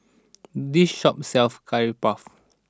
this shop sells Curry Puff